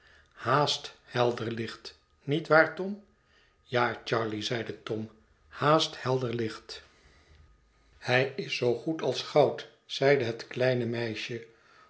haast helder licht niet waar tom ja charley zeide tom haast helder licht het verlaten huis hij is zoo goed als goud zeide het kleine meisje